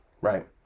right